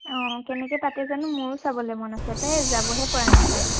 অঁ কেনেকে পাতে জানো মোৰো চাবলে মন আছে পায় যাবহে পৰা নাই এবাৰো